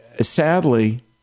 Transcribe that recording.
sadly